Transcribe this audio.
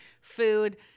food